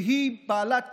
שהיא בעלת